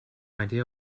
idea